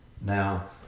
Now